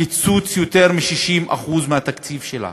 קיצוץ יותר מ-60% מהתקציב שלה,